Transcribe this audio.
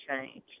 change